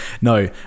No